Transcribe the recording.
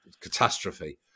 Catastrophe